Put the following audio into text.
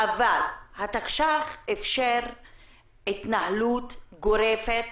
אבל התקש"ח אפשר התנהלות גורפת